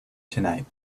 tonight